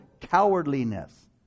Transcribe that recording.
cowardliness